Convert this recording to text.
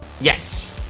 Yes